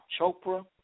Chopra